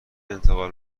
انتقال